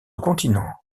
continents